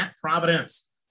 Providence